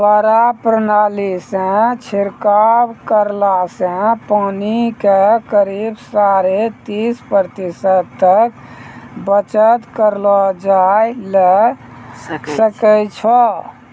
फव्वारा प्रणाली सॅ छिड़काव करला सॅ पानी के करीब साढ़े तीस प्रतिशत तक बचत करलो जाय ल सकै छो